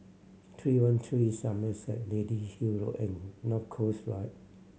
Three One Three Somerset Lady Hill Road and North Coast Drive